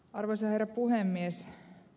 arvoisa herra puhemies